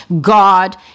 God